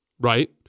right